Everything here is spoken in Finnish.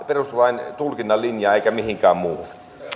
perustuslain tulkinnan linjaan eikä mihinkään muuhun